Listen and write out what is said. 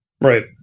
Right